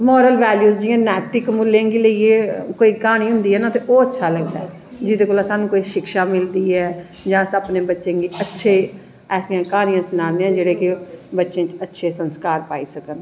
moral value जियां नैतिक मूल्य गी लेईयै कोई क्हानी होंदी ऐ ना ते ओह् अच्छा लगदा ऐ जेह्दे कोला दा साह्नू कोई शिक्षा मिलदी ऐ जां अस अपनें बच्चें गी अच्छे ऐसियां क्हीनियां सनानें आं कि जेह्दे कन्नैं अस अपनें बच्चें च अच्छें संस्कार पाई सकनें आं